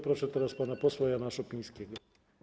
Proszę teraz pana posła Jana Szopińskiego.